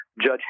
Judge